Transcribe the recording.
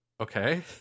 okay